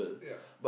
ya